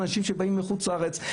אנשים שבאים מחוץ לארץ,